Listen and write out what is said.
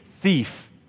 thief